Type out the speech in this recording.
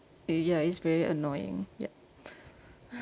ya it's very annoying yup